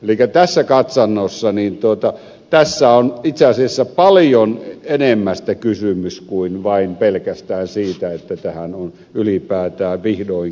elikkä tässä katsannossa tässä on itse asiassa paljon enemmästä kysymys kuin pelkästään siitä että tähän on ylipäätään vihdoinkin puututtu